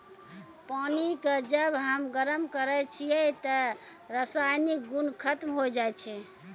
पानी क जब हम गरम करै छियै त रासायनिक गुन खत्म होय जाय छै